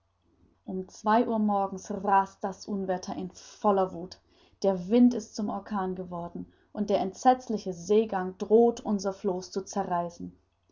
um zwei uhr morgens rast das unwetter in voller wuth der wind ist zum orkan geworden und der entsetzliche seegang droht unser floß zu zerreißen